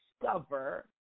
discover